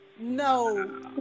no